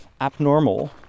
abnormal